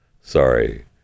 Sorry